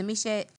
זה מי שהוא